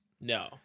No